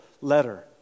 letter